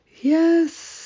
Yes